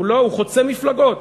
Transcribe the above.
הוא חוצה מפלגות.